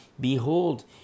behold